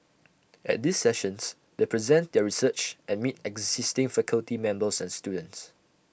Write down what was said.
at these sessions they present their research and meet existing faculty members and students